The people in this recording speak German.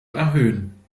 erhöhen